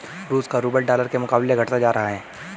रूस का rouble dollar के मुकाबले घटता जा रहा है